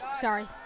sorry